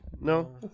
No